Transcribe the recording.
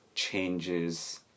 changes